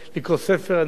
אני לא עושה את זה אחרת,